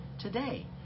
today